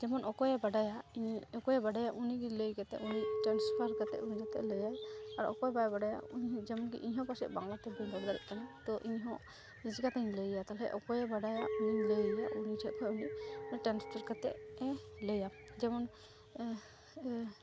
ᱡᱮᱢᱚᱱ ᱚᱠᱚᱭᱮ ᱵᱟᱰᱟᱭᱟ ᱚᱠᱚᱭᱮ ᱵᱟᱰᱟᱭᱟ ᱩᱱᱤᱜᱮ ᱞᱟᱹᱭ ᱠᱟᱛᱮᱫ ᱩᱱᱤ ᱴᱮᱱᱥᱯᱟᱨ ᱠᱟᱛᱮᱫᱼᱮ ᱞᱟᱹᱭᱟᱭ ᱟᱨ ᱚᱠᱚᱭ ᱵᱟᱭ ᱵᱟᱰᱟᱭᱟ ᱩᱱᱤᱦᱚᱸ ᱡᱮᱢᱚᱱᱠᱤ ᱤᱧᱦᱚᱸ ᱵᱟᱥᱮᱪ ᱵᱟᱝᱞᱟᱛᱮ ᱵᱟᱹᱧ ᱨᱚᱲ ᱫᱟᱲᱮᱜᱠᱟᱱ ᱛᱳ ᱤᱧᱦᱚᱸ ᱪᱮᱠᱟᱛᱮᱧ ᱞᱟᱹᱭᱟ ᱛᱟᱦᱚᱞᱮ ᱚᱠᱚᱭᱮ ᱵᱟᱰᱟᱭᱟ ᱩᱱᱤᱧ ᱞᱟᱹᱭᱟᱭᱟ ᱩᱱᱤ ᱴᱷᱮᱡᱠᱷᱚᱡ ᱢᱟᱱᱮ ᱴᱨᱟᱱᱯᱷᱟᱨ ᱠᱟᱛᱮᱫᱼᱮ ᱞᱟᱹᱭᱟ ᱡᱮᱢᱚᱱ